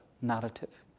narrative